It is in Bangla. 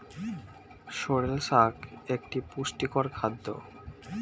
সোরেল শাক একটি পুষ্টিকর খাদ্য